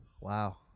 Wow